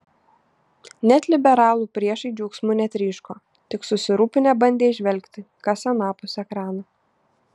net liberalų priešai džiaugsmu netryško tik susirūpinę bandė įžvelgti kas anapus ekrano